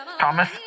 Thomas